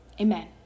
Amen